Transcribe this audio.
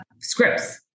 scripts